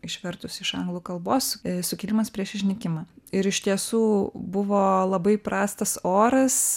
išvertus iš anglų kalbos sukilimas prieš išnykimą ir iš tiesų buvo labai prastas oras